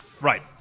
Right